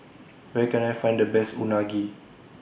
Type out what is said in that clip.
Where Can I Find The Best Unagi